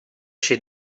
she